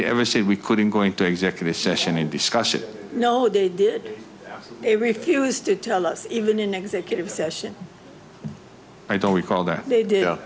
they ever said we couldn't going to executive session and discuss it no they did they refused to tell us even in executive session i don't recall that they d